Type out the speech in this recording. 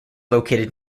located